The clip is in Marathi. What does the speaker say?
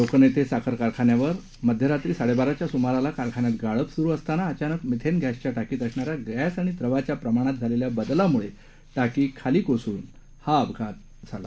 लोकनेते साखर कारखान्यावर आज मध्यरात्री साडेबाराच्या सुमाराला कारखान्यात गाळप सुरू असताना अचानक मिथेन गॅसच्या टाकीत असणाऱ्या गॅस आणि द्रवाच्या प्रमाणात झालेल्या बदलामुळे टाकी खाली कोसळून हा आपघात झाला